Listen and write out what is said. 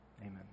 amen